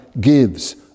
gives